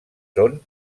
són